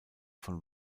von